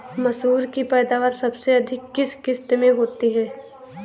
मसूर की पैदावार सबसे अधिक किस किश्त में होती है?